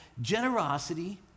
generosity